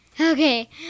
Okay